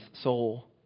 soul